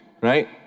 Right